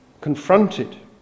confronted